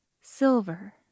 silver